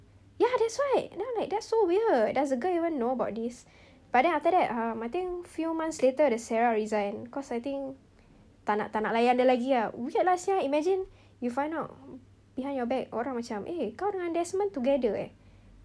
ya that's why then I was like that's so weird does the girl even know about this but then after that um I think few months later the sarah resigned cause I think tak nak tak nak layan dia lagi lah weird lah [sial] imagine you find out behind your back orang macam eh kau dengan desmond together eh